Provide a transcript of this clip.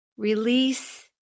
Release